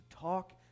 talk